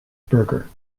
burger